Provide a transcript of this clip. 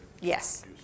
yes